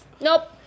Nope